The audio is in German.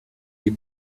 die